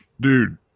dude